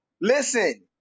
Listen